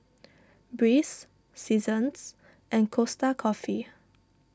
Breeze Seasons and Costa Coffee